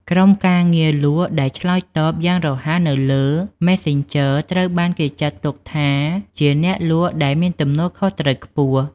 ក្រុមការងារលក់ដែលឆ្លើយតបយ៉ាងរហ័សនៅលើ Messenger ត្រូវបានគេចាត់ទុកថាជាអ្នកលក់ដែលមានទំនួលខុសត្រូវខ្ពស់។